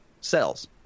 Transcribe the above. cells